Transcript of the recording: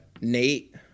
Nate